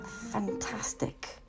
fantastic